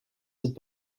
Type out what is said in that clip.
cette